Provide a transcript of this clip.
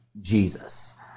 Jesus